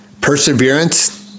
perseverance